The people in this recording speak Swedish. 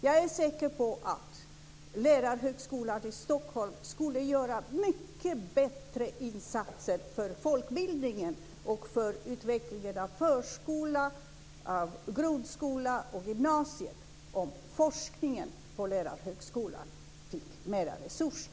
Jag är säker på att Lärarhögskolan i Stockholm skulle göra mycket bättre insatser för folkbildningen och för utvecklingen av förskola, grundskola och gymnasium om forskningen på Lärarhögskolan fick mer resurser.